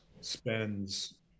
spends